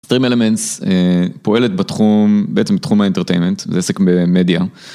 Extreme Elements פועלת בתחום, בעצם בתחום האינטרטיימנט, זה עסק במדיה.